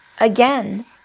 again